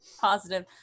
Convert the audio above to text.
positive